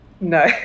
No